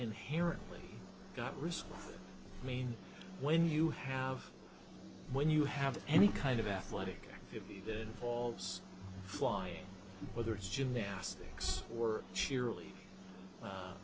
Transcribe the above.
inherently got risk i mean when you have when you have any kind of athletic activity that falls flying whether it's gymnastics or cheerily